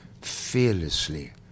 fearlessly